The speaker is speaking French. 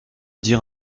dire